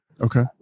okay